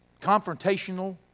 confrontational